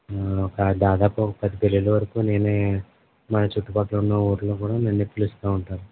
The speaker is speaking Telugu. దాదాపు ఒక పది పెళ్ళిళ్ళ వరకు నేనే మన చుట్టుపక్కల ఉన్న ఊర్లు కూడా నన్నే పిలుస్తా ఉంటారు